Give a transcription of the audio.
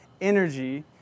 energy